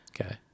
Okay